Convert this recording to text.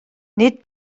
nid